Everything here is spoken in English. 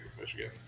Michigan